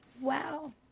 Wow